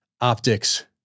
optics